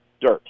dirt